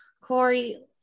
Corey